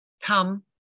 come